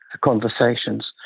conversations